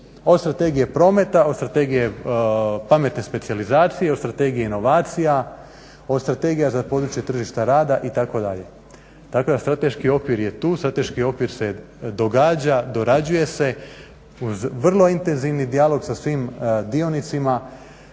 Od strategije prometa, od strategije pametne specijalizacije, od strategije inovacija, od strategija za područje tržišta rada itd. tako da je strateški okvir je tu, strateški okvir se događa, dorađuje se uz vrlo intenzivni dijalog sa svim dionicima.